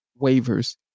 waivers